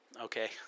okay